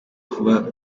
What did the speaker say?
vuba